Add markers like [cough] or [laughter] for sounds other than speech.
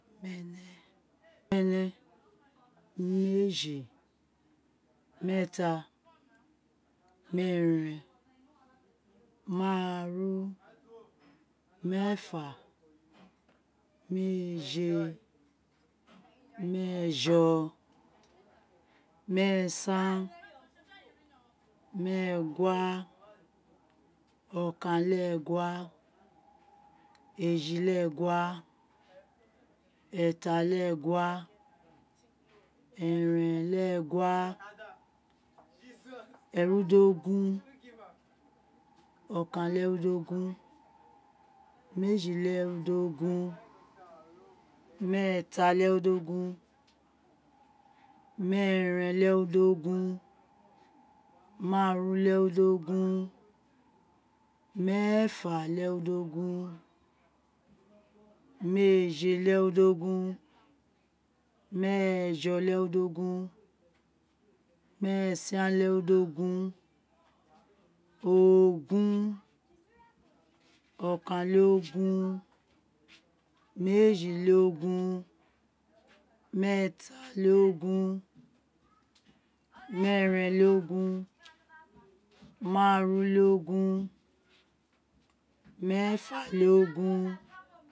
[unintelligible] mẹnẹ [noise] méèji meeta meẹrẹn máàru [noise] meefa [noise] méèje meejọ [noise] meẹsan meẹgua okan-le-ẹgua éji-le-ẹgua, ẹta-le-ẹgua [noise] ẹrẹn-le-egua [laughs] erudogun, ọkan le-ẹrudogun [noise] méèji-le-ẹrudo-gun, meẹta-le-ẹrudogun, meẹrẹn-le-ẹrudogun maaru-le-ẹrudogun. meefa-le-ẹrudogun méèje-le-ẹrudogun, meẹjọ-le-ẹrudogun [noise] meẹsan-le-erudogun, ogun [noise] ọkan-le-ogun méèji-le-ogun [noise] meeta-le-ogun [noise] meeren-le-ogun máàru-le-ogun [noise] meẹfa-le-ogun.